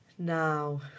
Now